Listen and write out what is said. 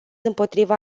împotriva